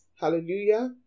Hallelujah